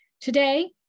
Today